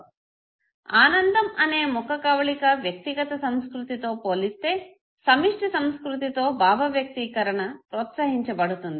'ఆనందం' అనే ముఖకవళిక వ్యక్తిగత సంస్కృతి తో పోలిస్తే సమిష్టి సంస్కృతితో భావ వ్యక్తీకరణ ప్రోత్సహించబడుతుంది